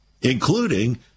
including